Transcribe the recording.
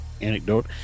anecdote